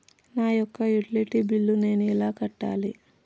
నా యొక్క utility bill నేను ఎలా కట్టాలి?